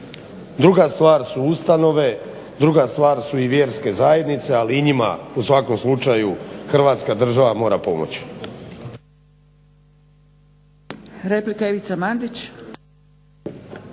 Druga stvar su ustanove, druga stvar i vjerske zajednice ali i njima u svakom slučaju Hrvatska država mora pomoći.